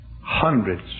hundreds